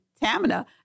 Tamina